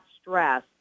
stress